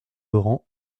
grands